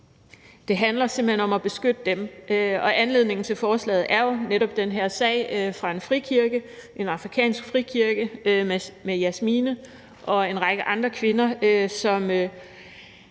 Det handler simpelt hen om at beskytte dem. Anledningen til forslaget er jo netop den her sag fra en frikirke, en afrikansk frikirke, med Jasmine og en række andre kvinder, som